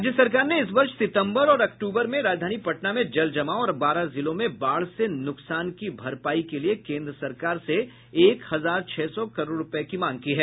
राज्य सरकार ने इस वर्ष सितम्बर और अक्टूबर में राजधानी पटना में जलजमाव और बारह जिलों में बाढ़ से नुकसान की भरपाई के लिए केन्द्र सरकार से एक हजार छह सौ करोड़ रूपये की मांग की है